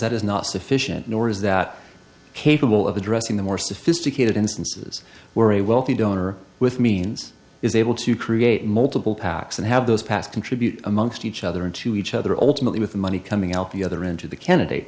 that is not sufficient nor is that capable of addressing the more sophisticated instances where a wealthy donor with means is able to create multiple pacs and have those passed contribute amongst each other into each other ultimately with the money coming out the other end to the